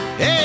Hey